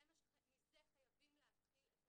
מזה חייבים להתחיל את